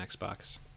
Xbox